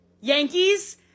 Yankees